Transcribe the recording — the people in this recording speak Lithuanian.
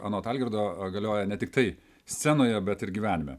anot algirdo galioja ne tiktai scenoje bet ir gyvenime